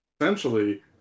essentially